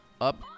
up